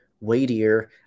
weightier